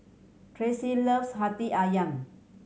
Tracy loves Hati Ayam